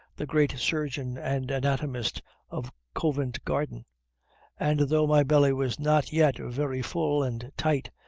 the great surgeon and anatomist of covent-garden and, though my belly was not yet very full and tight,